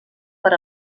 per